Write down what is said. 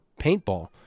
paintball